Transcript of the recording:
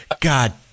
God